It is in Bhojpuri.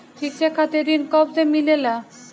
शिक्षा खातिर ऋण कब से मिलेला?